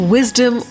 Wisdom